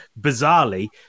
bizarrely